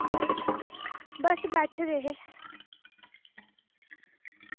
बस बैठे दे हे